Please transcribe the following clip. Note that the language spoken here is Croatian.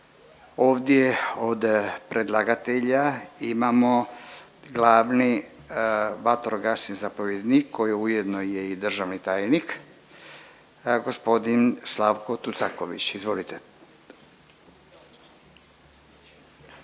Ovdje od predlagatelja imamo glavni vatrogasni zapovjednik koji ujedno je i državni tajnik g. Slavko Tucaković. Izvolite.